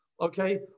okay